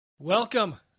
Welcome